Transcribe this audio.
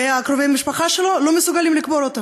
וקרובי המשפחה שלו לא מסוגלים לקבור אותו?